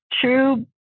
true